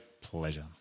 Pleasure